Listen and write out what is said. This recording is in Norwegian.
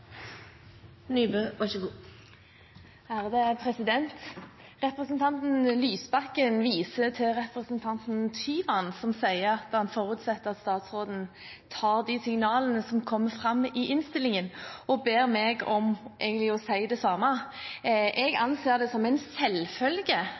Tyvand, som sier at han forutsetter at statsråden tar de signalene som kommer fram i innstillingen, og ber meg om å si det samme. Jeg